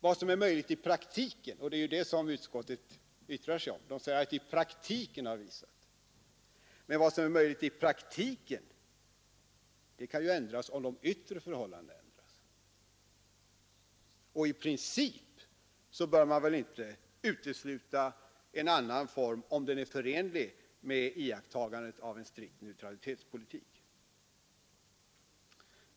Vad som är möjligt i praktiken — och det är ju det som utskottet yttrar sig om — kan ändras om de yttre förhållandena ändras. I princip bör man väl inte utesluta en annan form, om den är förenlig med iakttagandet av en strikt neutralitetspolitik.